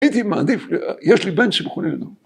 ‫הייתי מעדיף, יש לי בן שמכוננו.